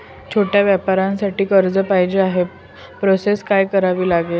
छोट्या व्यवसायासाठी कर्ज पाहिजे आहे प्रोसेस काय करावी लागेल?